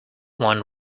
one